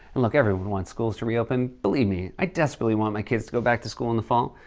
look, everyone wants schools to reopen. believe me, i desperately want my kids to go back to school in the fall.